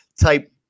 type